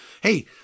Hey